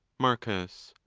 marcus.